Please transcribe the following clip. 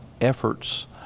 efforts